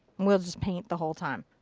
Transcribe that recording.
we'll just paint the whole time.